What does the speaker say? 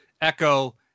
Echo